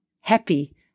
happy